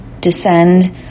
descend